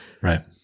Right